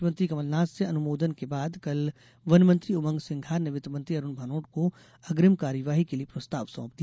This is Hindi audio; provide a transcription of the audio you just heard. मुख्यमंत्री कमलनाथ से अनुमोदन के बाद कल वन मंत्री उमंग सिंघार ने वित्त मंत्री तरूण भनोट को अग्रिम कार्यवाही के लिए प्रस्ताव सौंप दिया